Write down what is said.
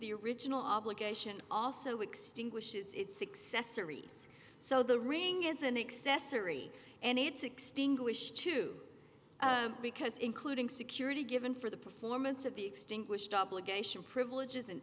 the original obligation also extinguished its successor ease so the ring is an excess or three and it's extinguished too because including security given for the performance of the extinguished obligation privileges and